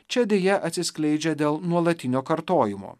čia deja atsiskleidžia dėl nuolatinio kartojimo